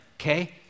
okay